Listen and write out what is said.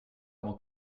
avant